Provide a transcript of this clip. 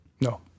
No